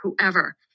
whoever